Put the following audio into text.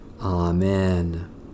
Amen